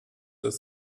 das